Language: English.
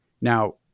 Now